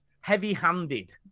heavy-handed